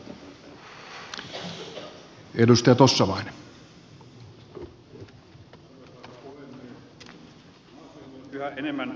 maaseudulla on yhä enemmän tarpeita raskaampiin kuljetuksiin